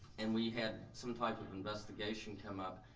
and we had some type of investigation come up,